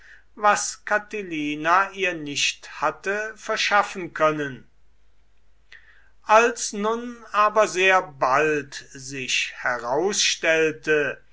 was catilina ihr nicht hatte verschaffen können als nun aber sehr bald sich herausstellte